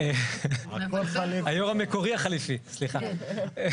היו"ר המקורי החליפי, סליחה.